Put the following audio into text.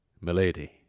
milady